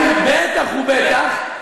בטח ובטח,